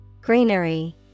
Greenery